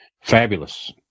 Fabulous